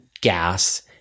gas